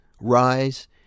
rise